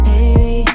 Baby